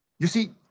you see,